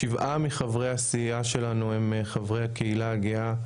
שבעה מחברי הסיעה שלנו הם חברי הקהילה הגאה.